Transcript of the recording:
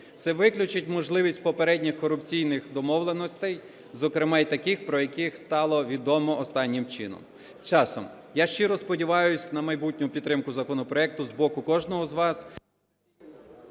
Це виключить можливість попередніх корупційних домовленостей, зокрема й таких, про які стало відомо останнім часом. Я щиро сподіваюсь на майбутню підтримку законопроекту з боку кожного з вас…